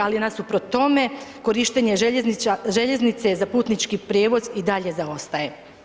ali nasuprot tome korištenje željeznice za putnički prijevoz i dalje zaostaje.